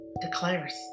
declares